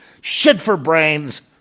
shit-for-brains